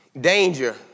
Danger